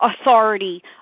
authority